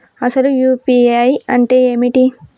అసలు యూ.పీ.ఐ అంటే ఏమిటి?